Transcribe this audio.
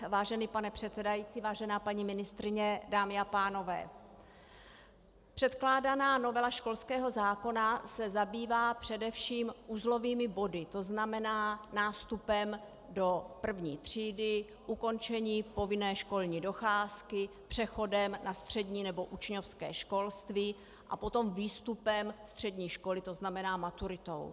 Vážený pane předsedající, vážená paní ministryně, dámy a pánové, předkládaná novela školského zákona se zabývá především uzlovými body, to znamená nástupem do první třídy, ukončením povinné školní docházky, přechodem na střední nebo učňovské školství a potom výstupem střední školy, to znamená maturitou.